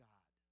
God